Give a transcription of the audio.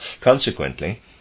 Consequently